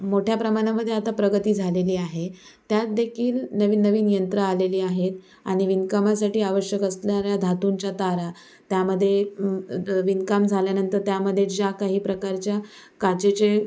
मोठ्या प्रमाणामध्ये आता प्रगती झालेली आहे त्यात देखील नवीन नवीन यंत्र आलेली आहेत आणि विणकामासाठी आवश्यक असणाऱ्या धातूंच्या तारा त्यामध्ये विणकाम झाल्यानंतर त्यामध्ये ज्या काही प्रकारच्या काचेचे